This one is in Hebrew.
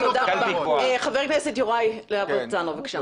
חבר הכנסת יוראי להב הרצנו.